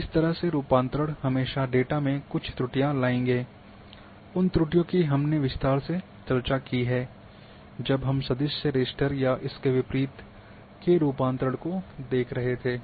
इस तरह के रूपांतरण हमेशा डेटा में कुछ त्रुटियां लाएंगे उन त्रुटियों की हमने विस्तार से चर्चा की है जब हम सदिश से रास्टर या इसके विपरीत के रूपांतरण को देख रहे थे